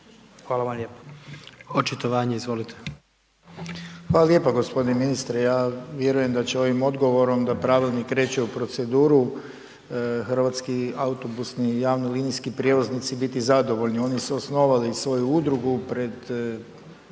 Hvala vam lijepo.